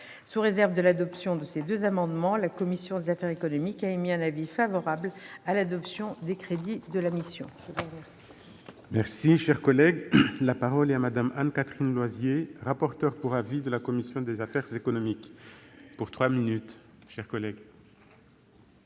Sous réserve de l'adoption de ses deux amendements, la commission des affaires économiques a émis un avis favorable à l'adoption des crédits de la mission